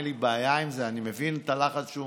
אין לי בעיה עם זה, אני מבין את הלחץ שהוא